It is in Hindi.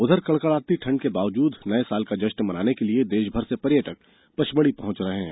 उधर कड़कड़ाती ठण्ड के बावजूद नए साल का जश्न मनाने के लिए देश भर से पर्यटक पचमढ़ी पहुंच रहे हैं